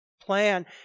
plan